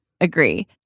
agree